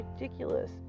ridiculous